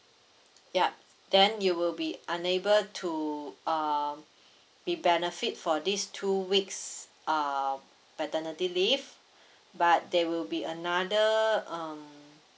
yup then you will be unable to uh be benefit for these two weeks uh paternity leave but there will be another um